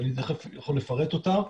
ואני תכף יכול לפרט אותם,